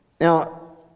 Now